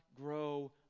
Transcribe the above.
grow